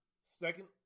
Second